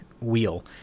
wheel